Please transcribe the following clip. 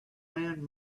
man